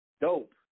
Dope